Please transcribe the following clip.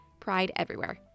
PrideEverywhere